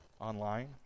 online